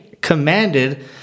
commanded